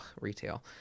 retail